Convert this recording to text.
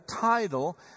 title